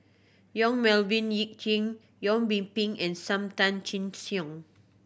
Yong Melvin Yik Chye Yong Yee Ping and Sam Tan Chin Siong